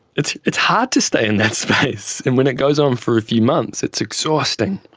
it's it's hard to stay in that space, and when it goes on for a few months it's exhausting,